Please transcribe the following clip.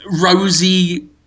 rosy